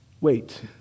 Wait